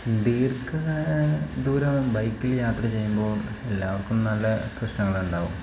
ദീർഘ ദൂരം ബൈക്കിൽ യാത്ര ചെയ്യുമ്പോൾ എല്ലാവർക്കും നല്ല പ്രശ്നങ്ങൾ ഉണ്ടാവും